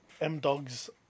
M-Dog's